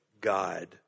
God